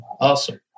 Awesome